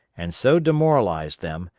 and so demoralized them,